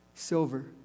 silver